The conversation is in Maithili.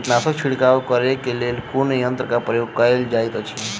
कीटनासक छिड़काव करे केँ लेल कुन यंत्र केँ प्रयोग कैल जाइत अछि?